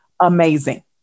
amazing